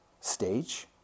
stage